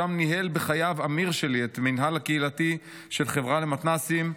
שם ניהל בחייו אמיר שלי את המינהל הקהילתי של החברה למתנ"סים,